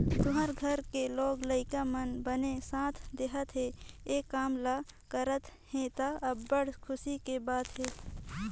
तुँहर घर के लोग लइका मन बने साथ देहत हे, ए काम ल करत हे त, अब्बड़ खुसी के बात हे